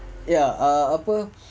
ya ah apa